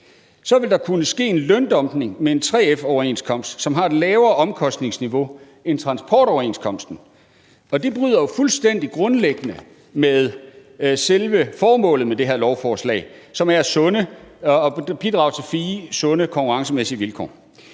vil der kunne ske en løndumping med en 3F-overenskomst, som har et lavere omkostningsniveau end transportoverenskomsten. Og det bryder jo fuldstændig grundlæggende med selve formålet med det her lovforslag, som bidrager til fine, sunde konkurrencemæssige vilkår.